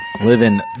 Living